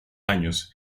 años